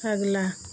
अगला